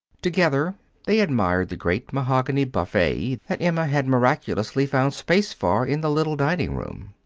together they admired the great mahogany buffet that emma had miraculously found space for in the little dining-room.